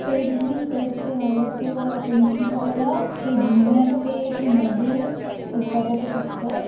painting करते आवडते मला पेंटिंग करायला ते जुने असे की नवे मी करतच असते